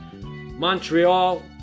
Montreal